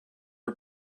are